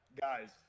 guys